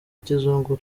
kizungu